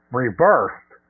reversed